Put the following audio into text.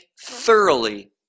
thoroughly